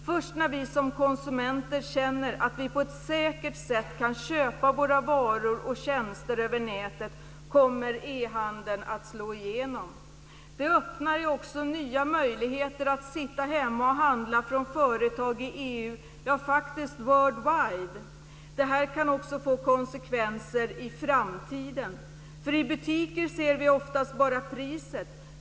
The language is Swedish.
Först när vi som konsumenter känner att vi på ett säkert sätt kan köpa våra varor och tjänster över nätet kommer e-handel att slå igenom. Det öppnar också nya möjligheter att sitta hemma och handla från företag i EU, ja faktiskt world wide. Det kan också få konsekvenser i framtiden. I butiker ser vi ofta bara priset.